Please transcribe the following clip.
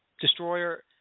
destroyer